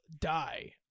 die